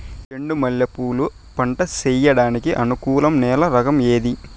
చెండు మల్లె పూలు పంట సేయడానికి అనుకూలం నేల రకం ఏది